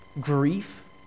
Grief